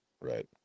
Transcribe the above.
Right